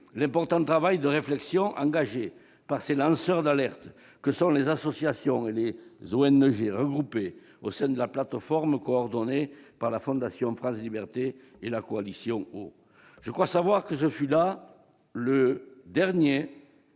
l'important travail de réflexion engagé par les lanceurs d'alerte que sont les associations et ONG regroupées au sein de la plateforme coordonnée par la fondation France Libertés et la Coalition Eau ? Je crois savoir que ce fut là le dernier,